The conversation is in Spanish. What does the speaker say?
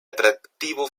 atractivo